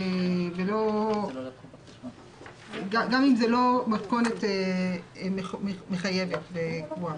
גם אם זאת לא מתכונת מחייבת וקבועה.